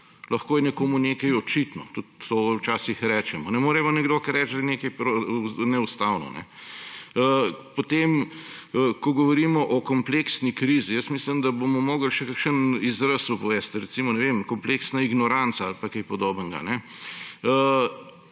Lahko je nekomu nekaj očitno, tudi to včasih rečemo, ne more pa nekdo kar reči, da je nekaj neustavno. Potem, ko govorimo o kompleksni krizi, mislim, da bomo morali še kakšen izraz uvesti, recimo, kompleksna ignoranca ali pa kaj podobnega.